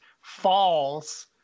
falls